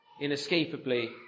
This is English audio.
inescapably